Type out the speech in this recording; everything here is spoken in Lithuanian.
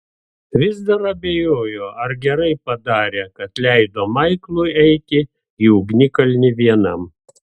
vis dar abejojo ar gerai padarė kad leido maiklui eiti į ugnikalnį vienam